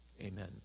Amen